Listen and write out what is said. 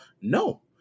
No